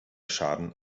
schaden